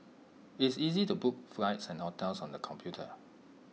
IT is easy to book flights and hotels on the computer